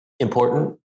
Important